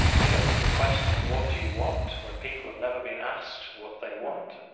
you know, the question of, what do you want? when people have never been asked what they want.